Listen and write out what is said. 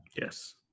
Yes